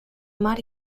mar